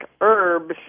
herbs